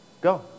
go